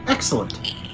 Excellent